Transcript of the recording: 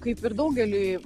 kaip ir daugeliui